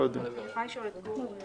גם הפטור?